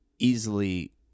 Easily